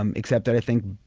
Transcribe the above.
um except i think,